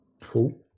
Cool